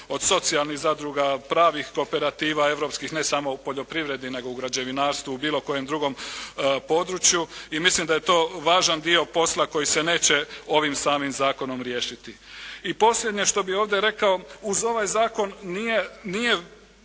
od socijalnih zadruga, pravih kooperativa europskih, ne samo u poljoprivredi, nego u građevinarstvu, u bilo kojem drugom području i mislim da je to važan dio posla koji se neće ovim samim zakonom riješiti. I posljednje što bih ovdje rekao. Uz ovaj zakon nije